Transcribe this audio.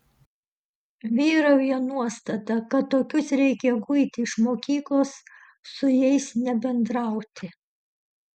vyrauja nuostata kad tokius reikia guiti iš mokyklos su jais nebendrauti